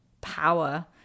power